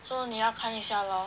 so 你要看一下 lor